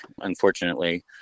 unfortunately